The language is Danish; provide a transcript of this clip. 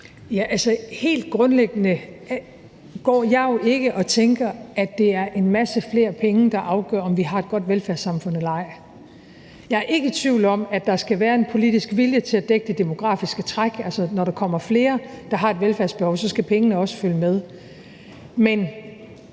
Helt grundlæggende går jeg jo ikke og tænker, at det er en masse flere penge, der afgør, om vi har et godt velfærdssamfund eller ej. Jeg er ikke i tvivl om, at der skal være en politisk vilje til at dække det demografiske træk – når der kommer flere, der har et velfærdsbehov, skal pengene også følge med – men